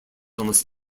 unless